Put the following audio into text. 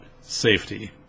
safety